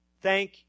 Thank